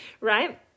right